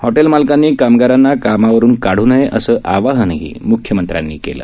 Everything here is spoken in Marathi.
हॉटेल मालकांनी कामगारांना कामावरुन काढू नये असं आवाहान म्ख्यमंत्र्यांनी केलं